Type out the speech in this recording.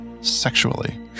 Sexually